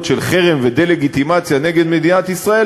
של חרם ודה-לגיטימציה נגד מדינת ישראל,